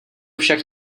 však